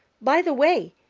by the way,